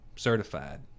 certified